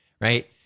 right